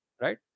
right